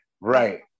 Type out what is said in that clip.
right